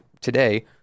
today